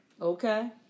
Okay